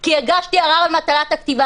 כי הגשתי ערר על מטלת הכתיבה.